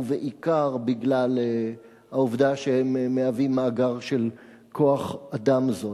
ובעיקר בגלל העובדה שהם מהווים מאגר של כוח-אדם זול.